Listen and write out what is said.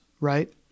right